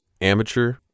amateur